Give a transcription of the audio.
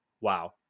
Wow